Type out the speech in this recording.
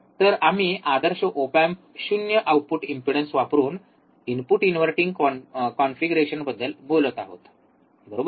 तर आम्ही आदर्श ओप एम्प 0 आउटपुट इंपिडेन्स वापरून इनपुट इनव्हर्टिंग कॉन्फिगरेशनबद्दल बोलत आहोत बरोबर